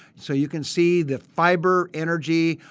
so, you can see the fiber, energy,